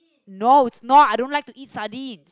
no not I don't like eat sardine